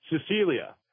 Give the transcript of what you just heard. Cecilia